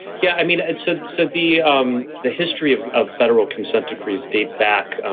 yeah i mean, and so so the um the history of of federal consent decrees date back, ah